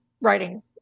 writing